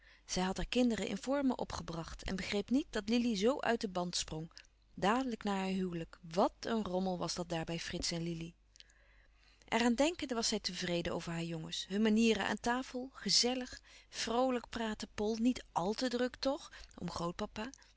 zij had haar kinderen in vormen opgebracht en begreep niet dat lili zoo uit den band sprong dàdelijk na haar huwelijk wat een rommel was dat daar bij frits en lili er aan denkende was zij tevreden over haar jongens hun manieren aan tafel gezellig vroolijk praatte pol niet àl te druk toch om